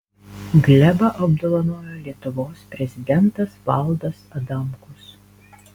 glebą apdovanojo lietuvos prezidentas valdas adamkus